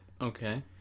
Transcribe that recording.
Okay